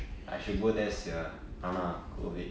I should go there sia ஆனா:aanaa COVID